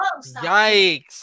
Yikes